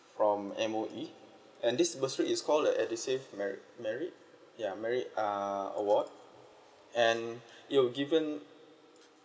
from M_O_E and this bursary is called the edusave merit merit ya merit uh award and it will given